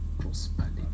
prosperity